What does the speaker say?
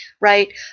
Right